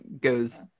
goes